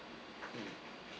mm